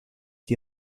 die